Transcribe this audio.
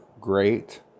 great